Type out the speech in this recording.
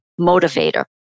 motivator